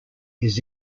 his